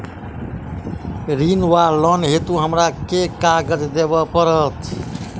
ऋण वा लोन हेतु हमरा केँ कागज देबै पड़त?